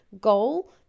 goal